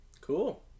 Cool